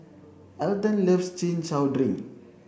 Elden loves chin chow drink